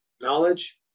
Knowledge